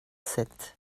sept